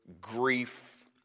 grief